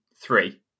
three